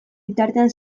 bitartean